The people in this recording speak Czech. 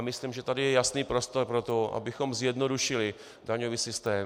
Myslím, že je tady jasný prostor pro to, abychom zjednodušili daňový systém.